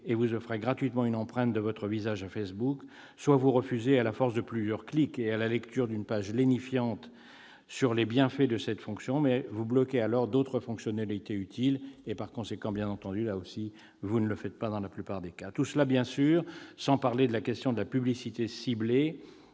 et offrez gratuitement une empreinte de votre visage à Facebook, soit vous refusez à la force de plusieurs clics et à la lecture d'une page lénifiante sur les bienfaits de cette fonction, mais vous bloquez alors d'autres fonctionnalités utiles. Là aussi, dans la plupart des cas, l'internaute n'opte pas pour le refus. Tout cela, bien sûr, sans parler de la question de la publicité ciblée,